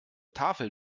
tafel